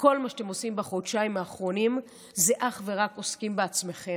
וכל מה שאתם עושים בחודשיים האחרונים זה אך ורק עוסקים בעצמכם.